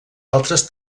altres